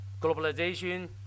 globalization